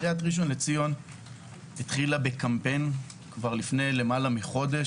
עיריית ראשון לציון התחילה בקמפיין כבר לפני למעלה מחודש,